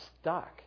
stuck